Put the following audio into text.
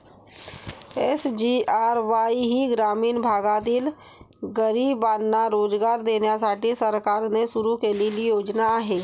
SGRY ही ग्रामीण भागातील गरिबांना रोजगार देण्यासाठी सरकारने सुरू केलेली योजना आहे